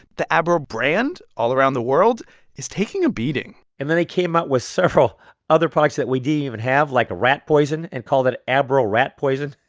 the abro brand all around the world is taking a beating and then they came up with several other products that we didn't even have, like a rat poison, and called it abro rat poison